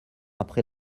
après